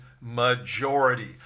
majority